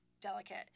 delicate